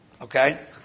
okay